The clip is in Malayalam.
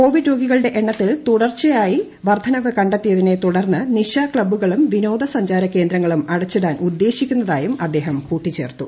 കോവിഡ് രോഗികളുടെ എണ്ണത്തിൽ തുടർച്ചയായി വർദ്ധനവ് കണ്ടെത്തിയതിനെ തുടർന്ന് നിശാ ക്ലബുകളും വിനോദ സഞ്ചാര കേന്ദ്രങ്ങളും അടച്ചിടാൻ ഉദ്ദേശിക്കുന്നതായും അദ്ദേഹം കൂട്ടിച്ചേർത്തു